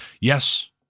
Yes